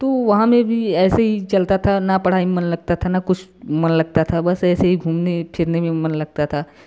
तो वहाँ में भी ऐसे ही चलता था ना पढ़ाई में मन लगता था ना कुछ मन लगता था बस ऐसे ही घूमने फिरने में मन लगता था